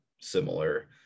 similar